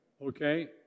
okay